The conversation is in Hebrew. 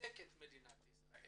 מחזק את מדינת ישראל